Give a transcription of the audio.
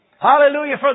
Hallelujah